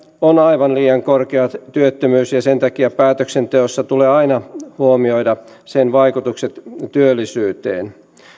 on aivan liian korkea työttömyys ja sen takia päätöksenteossa tulee aina huomioida sen vaikutukset työllisyyteen